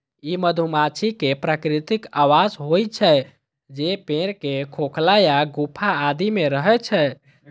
ई मधुमाछी के प्राकृतिक आवास होइ छै, जे पेड़ के खोखल या गुफा आदि मे रहै छै